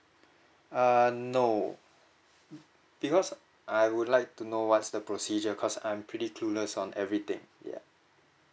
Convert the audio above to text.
err no because I would like to know what's the procedure cos' I'm pretty clueless on everything yeah